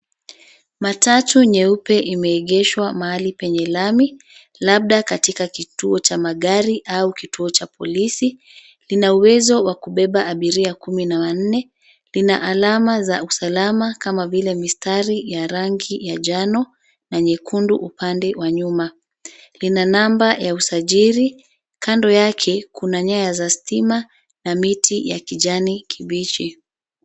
Matatu nyeupe imeegeshwa mahali penye lami, labda katika kituo cha magari au kituo cha polisi. Lina uwezo wa kubeba abiria kumi na wanne. Lina alama za usalama kama vile mistari ya rangi ya njano na nyekundu upande wa nyuma. Lina namba ya usajili. Kando yake, kuna nyaya za stima na miti ya kijani kibichi.